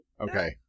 Okay